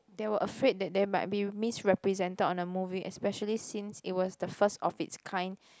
they were afraid that they might be misrepresented on the movie especially since it was the first of it's kind